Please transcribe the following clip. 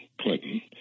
Clinton